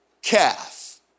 Calf